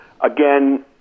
again